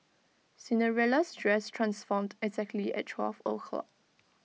Cinderella's dress transformed exactly at twelve O' clock